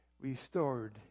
restored